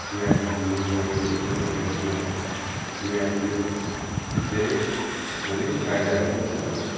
यो एप्प हामी युज गरेको हुन्छौँ र यसमा यो एप्पले धेरै माने फाइदाहरू पनि छ